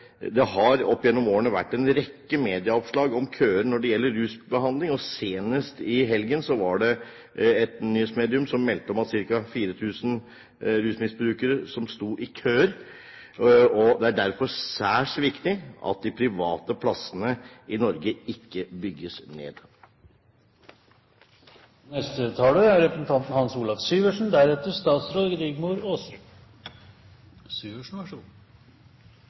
at det opp gjennom årene har vært en rekke medieoppslag om køer når det gjelder rusbehandling. Senest i helgen var det et nyhetsmedium som meldte at ca. 4 000 rusmisbrukere står i kø. Det er derfor særs viktig at de private plassene i Norge ikke bygges ned. Det er